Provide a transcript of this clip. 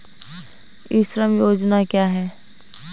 ई श्रम योजना क्या है?